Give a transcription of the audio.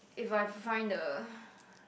if I find a